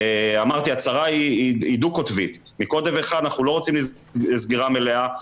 ואמרתי הצרה היא דו קוטבית: מקוטב אחד אנחנו אל רוצים סגירה מלאה,